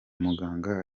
muganga